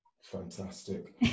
Fantastic